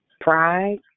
Pride